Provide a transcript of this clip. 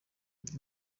uyu